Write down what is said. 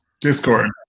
Discord